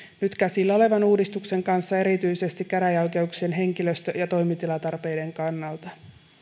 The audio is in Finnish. nyt käsillä olevan uudistuksen kanssa erityisesti käräjäoikeuksien henkilöstö ja toimitilatarpeiden kannalta